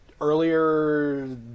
earlier